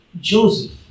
Joseph